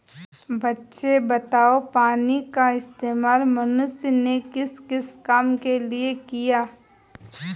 बच्चे बताओ पानी का इस्तेमाल मनुष्य ने किस किस काम के लिए किया?